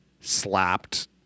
slapped